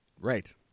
Right